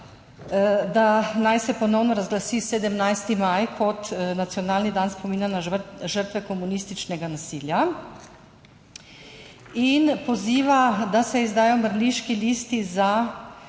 da naj se ponovno razglasi 17. maj kot nacionalni dan spomina na žrtve komunističnega nasilja, in poziva, da se izdajo mrliški listi za